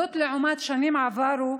זאת לעומת שנים עברו,